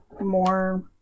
more